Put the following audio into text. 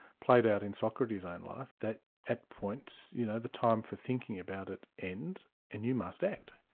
played out in socrates' own life that at points you know the time for thinking about it ends and you must act.